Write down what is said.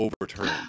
overturn